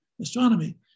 astronomy